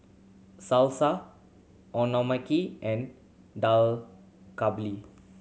Salsa Okonomiyaki and Dak Galbi